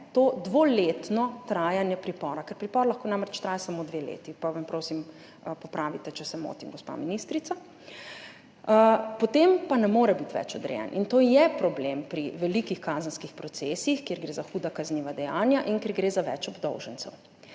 to dvoletno trajanje pripora. Ker pripor lahko namreč traja samo dve leti, pa me, prosim, popravite, če se motim, gospa ministrica. Potem pa ne more biti več odrejen. In to je problem pri velikih kazenskih procesih, kjer gre za huda kazniva dejanja in kjer gre za več obdolžencev.